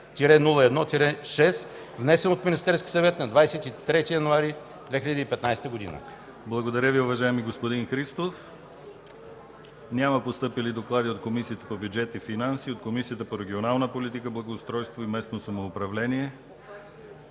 502-01-6, внесен от Министерския съвет на 23 януари 2015 г.” ПРЕДСЕДАТЕЛ ДИМИТЪР ГЛАВЧЕВ: Благодаря Ви, уважаеми господин Христов. Няма постъпили доклади от Комисията по бюджет и финанси и от Комисията по регионална политика, благоустройство и местно самоуправление.